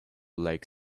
like